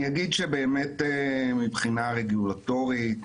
מבחינה רגולטורית,